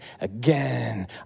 Again